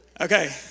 Okay